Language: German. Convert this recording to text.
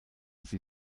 sie